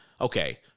okay